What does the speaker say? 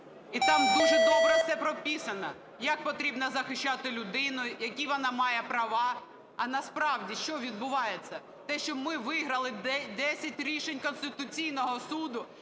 І там дуже добре все прописано: як потрібно захищати людину, які вона має права. А, насправді, що відбувається? Те, що ми виграли десять рішень Конституційного Суду,